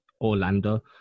Orlando